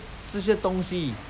比较好像比较